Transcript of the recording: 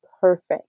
perfect